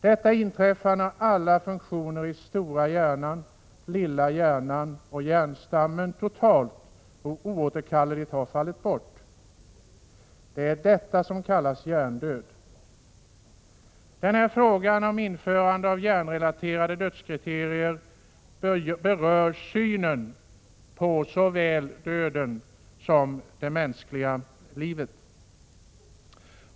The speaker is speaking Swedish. Detta inträffar när alla funktioner i stora hjärnan, lilla hjärnan och hjärnstammen totalt och oåterkalleligt har fallit bort. Det är detta som kallas ”hjärndöd”. Frågan om införande av hjärnrelaterade dödskriterier berör synen på såväl döden som det mänskliga livet.